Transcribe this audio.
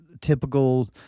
typical